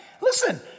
Listen